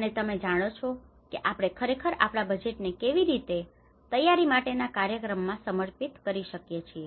અને તમે જાણો છો કે આપણે ખરેખર આપણા બજેટને કેવી રીતે તૈયારી માટેના કાર્યક્રમોમાં સમર્પિત કરી શકીએ છીએ